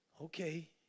okay